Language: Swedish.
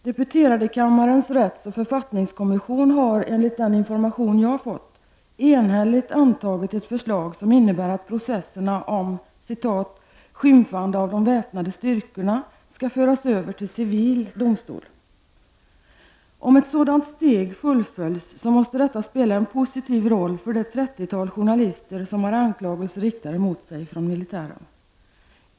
Deputeradekammarens rätts och författningskommission har, enligt den information jag har fått, enhälligt antagit ett förslag som innebär att processerna om ''skymfandet av de väpnade styrkorna'' skall föras över till civil domstol. Om ett sådant steg fullföljs, måste detta spela en positiv roll för det trettiotal journalister som har anklagelser riktade mot sig från militären.